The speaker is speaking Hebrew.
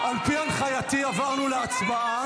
אתה לא עולה.